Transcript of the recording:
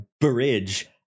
bridge